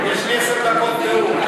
יש לי עשר דקות נאום.